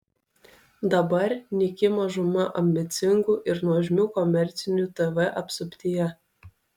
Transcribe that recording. dabar nyki mažuma ambicingų ir nuožmių komercinių tv apsuptyje